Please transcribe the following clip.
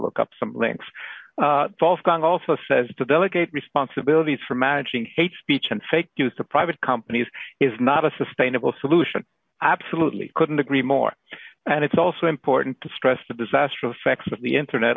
look up some links wolfgang also says to delegate responsibilities for managing hate speech and fake news to private companies is not a sustainable solution absolutely couldn't agree more and it's also important to stress the disastrous effects of the internet